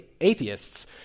atheists